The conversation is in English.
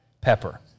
pepper